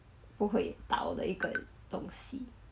不会倒的一个东西